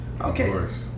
Okay